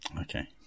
Okay